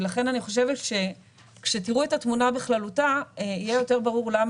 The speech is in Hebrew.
ולכן אני חושבת שכשתראו את התמונה בכללותה יהיה יותר ברור למה